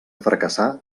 fracassar